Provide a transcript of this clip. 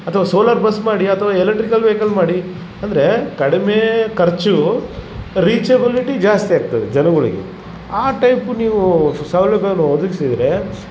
ಅಥವ solar bus ಮಾಡಿ ಅಥವ ಎಲಿಟ್ರಿಕಲ್ ವೇಕಲ್ ಮಾಡಿ ಅಂದರೆ ಕಡಿಮೆ ಖರ್ಚು ರೀಚೇಬಲಿಟಿ ಜಾಸ್ತಿ ಆಗ್ತದೆ ಜನಗಳಿಗೆ ಆ ಟೈಪು ನೀವು ಸೌಲಭ್ಯವನ್ನು ಒದಗಿಸಿದ್ರೆ